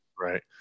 Right